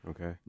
okay